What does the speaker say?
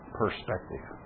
perspective